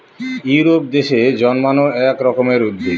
Europe দেশে জন্মানো এক রকমের উদ্ভিদ